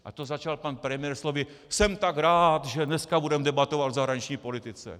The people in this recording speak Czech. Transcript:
A to začal pan premiér slovy: Jsem tak rád, že dneska budeme debatovat o zahraniční politice!